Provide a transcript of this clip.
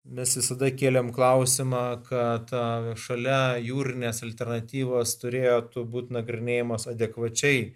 mes visada kėlėme klausimą ką tave šalia jūrinės alternatyvos turėtų būti nagrinėjamos adekvačiai